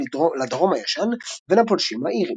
"לדרום הישן" לבין הפולשים האיריים.